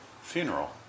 funeral